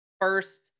first